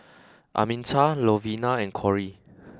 Arminta Lovina and Kori